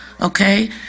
okay